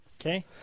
Okay